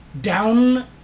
down